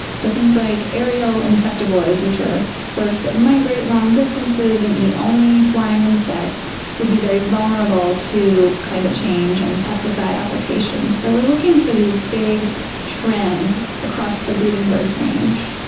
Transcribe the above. so things like aerial insectivores, which are birds that migrate long distances and eat only flying insects would be very vulnerable to climate change and pesticide application. so we're looking for these big trends across the breeding birds range.